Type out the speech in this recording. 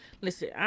listen